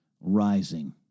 rising